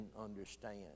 understand